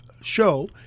show